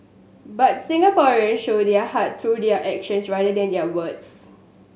but Singaporean show their heart through their actions rather than their words